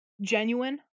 Genuine